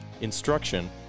instruction